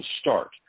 start